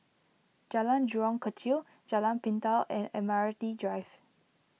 Jalan Jurong Kechil Jalan Pintau and Admiralty Drive